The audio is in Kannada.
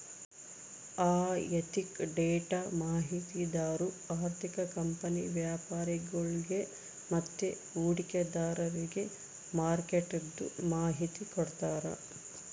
ಆಋಥಿಕ ಡೇಟಾ ಮಾಹಿತಿದಾರು ಆರ್ಥಿಕ ಕಂಪನಿ ವ್ಯಾಪರಿಗುಳ್ಗೆ ಮತ್ತೆ ಹೂಡಿಕೆದಾರ್ರಿಗೆ ಮಾರ್ಕೆಟ್ದು ಮಾಹಿತಿ ಕೊಡ್ತಾರ